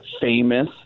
famous